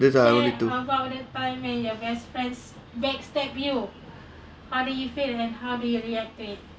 this I only to